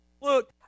look